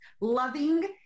loving